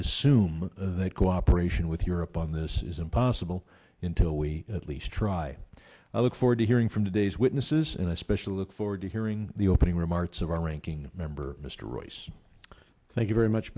assume that cooperation with europe on this is impossible until we at least try i look forward to hearing from today's witnesses in a special look forward to hearing the opening remarks of our ranking member mr royce thank you very much